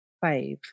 five